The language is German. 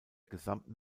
gesamten